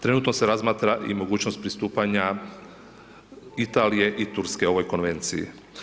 Trenutno se razmatra i mogućnost pristupanja Italije i Turske ovoj Konvenciji.